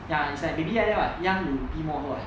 ya is like baby like that what young you pee more also [what]